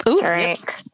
Drink